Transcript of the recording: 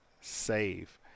SAVE